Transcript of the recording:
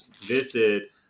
visit